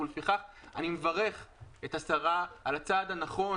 ולפיכך אני מברך את השרה על הצעד הנכון,